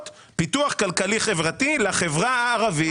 הוא פיתוח כלכלי-חברתי לחברה הערבית.